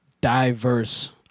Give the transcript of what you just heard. diverse